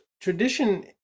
tradition